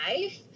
life